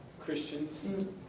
Christians